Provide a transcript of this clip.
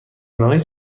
نهایی